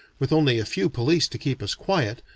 with only a few police to keep us quiet,